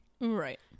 Right